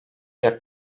jak